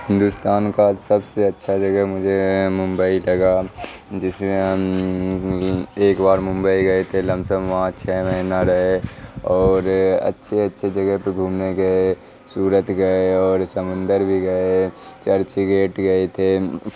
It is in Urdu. ہندوستان کا سب سے اچھا جگہ مجھے ممبئی لگا جس میں ہم ایک بار ممبئی گئے تھے لمسم وہاں چھ مہینہ رہے اور اچھے اچھے جگہ پہ گھومنے گئے سورت گئے اور سمندر بھی گئے چرچ گیٹ گئے تھے